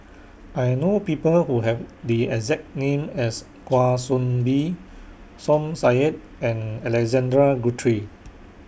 I know People Who Have The exact name as Kwa Soon Bee Som Said and Alexander Guthrie